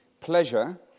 pleasure